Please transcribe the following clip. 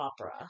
opera